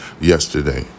yesterday